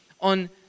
on